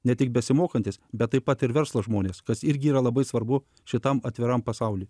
ne tik besimokantis bet taip pat ir verslo žmonės kas irgi yra labai svarbu šitam atviram pasauliui